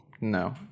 No